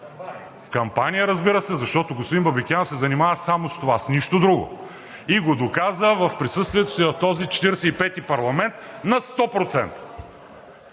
в кампания, разбира се, защото господин Бабикян се занимава само с това, с нищо друго! И го доказа с присъствието си в този Четиридесет и пети парламент на 100%!